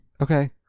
okay